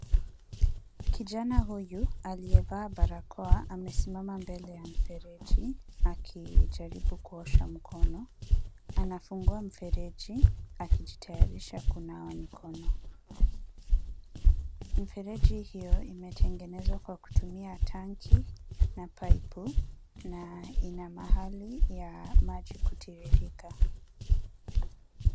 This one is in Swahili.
Kijana huyu aliyevaa barakoa anasimama mbele ya mfereji akijaribu kuosha mkono. Anafungua mfereji akijitayarisha kunawa mikono. Mfrereji hiyo imetengenezwa kwa kutumia tanki na paipu na ina mahali ya maji kutiririka.